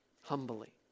humbly